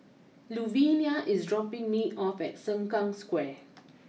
Luvinia is dropping me off at Sengkang Square